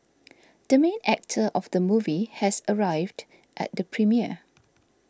the main actor of the movie has arrived at the premiere